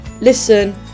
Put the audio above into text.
listen